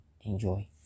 Enjoy